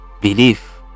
Belief